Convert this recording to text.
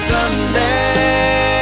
Sunday